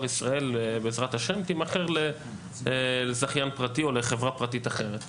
ישראל בעזרת השם תימכר לזכיין פרטי או לחברה פרטית אחרת.